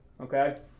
Okay